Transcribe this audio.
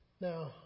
Now